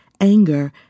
anger